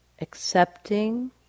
accepting